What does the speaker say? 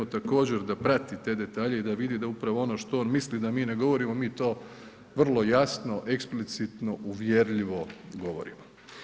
Također da prati te detalje i da vidi da upravo ono što on misli da mi ne govorimo, mi to vrlo jasno, eksplicitno, uvjerljivo govorimo.